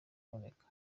kuboneka